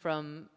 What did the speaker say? from